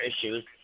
issues